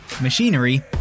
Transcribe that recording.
machinery